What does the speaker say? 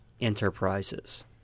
Enterprises